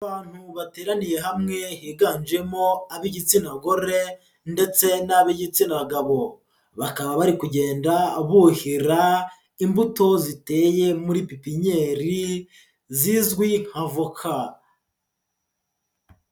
Abantu bateraniye hamwe, higanjemo ab'igitsina gore ndetse n'ab'igitsina gabo, bakaba bari kugenda buhira imbuto ziteye muri pipinyeri zizwi nka voka.